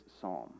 psalm